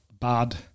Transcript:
bad